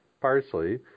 Parsley